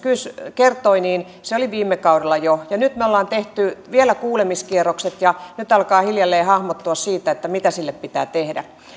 kertoi niin se oli viime kaudella jo ja nyt me olemme tehneet vielä kuulemiskierrokset ja nyt alkaa hiljalleen hahmottua mitä sille pitää tehdä